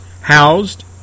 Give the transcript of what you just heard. housed